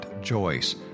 Joyce